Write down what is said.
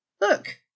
look